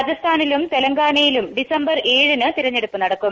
രാജസ്ഥാനിലും തെലങ്കാനയിലും ഡിസംബർ ഏഴിന് തെരഞ്ഞെടുപ്പ് നടക്കും